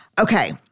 Okay